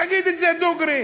תגיד את זה דוגרי.